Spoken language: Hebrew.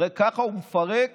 הרי ככה הוא מפרק